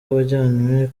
wajyanwe